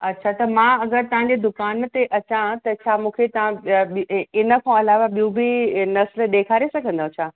अच्छा त मां अगरि तव्हांजे दुकानु ते अचां त छा मूंखे तव्हां इन खां अलावा ॿियूं बि नसलु ॾेखारे सघंदव छा